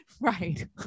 right